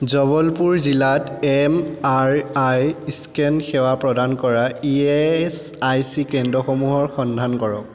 জবলপুৰ জিলাত M R I scan সেৱা প্ৰদান কৰা ই এচ আই চি কেন্দ্ৰসমূহৰ সন্ধান কৰক